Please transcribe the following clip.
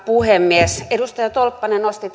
puhemies edustaja tolppanen nosti